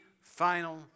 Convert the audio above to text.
final